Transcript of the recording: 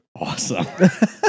awesome